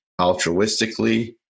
altruistically